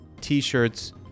t-shirts